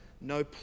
no